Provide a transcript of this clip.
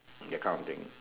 that kind of thing